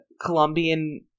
Colombian